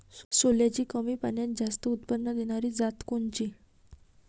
सोल्याची कमी पान्यात जास्त उत्पन्न देनारी जात कोनची?